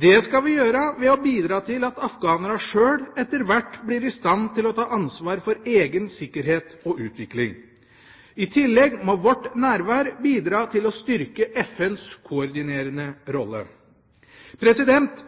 Det skal vi gjøre ved å bidra til at afghanerne sjøl etter hvert blir i stand til å ta ansvar for egen sikkerhet og utvikling. I tillegg må vårt nærvær bidra til å styrke FNs koordinerende rolle.